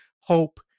hope